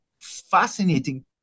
fascinating